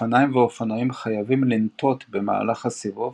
אופניים ואופנועים חייבים לנטות במהלך הסיבוב